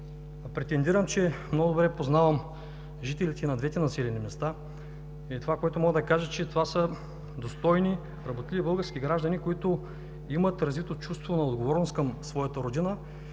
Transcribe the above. Претендирам, че много добре познавам жителите на двете населени места, и това, което мога да кажа, е, че това са достойни, работливи български граждани, които имат развито чувство на отговорност към своята родина